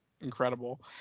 incredible